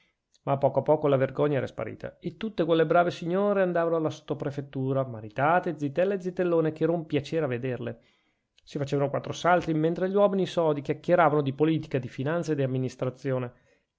ma a poco a poco la vergogna era sparita e tutte quelle brave signore andavano alla sottoprefettura maritate zitelle e zitellone che era un piacere a vederle si facevano quattro salti mentre gli uomini sodi chiacchieravano di politica di finanza e di amministrazione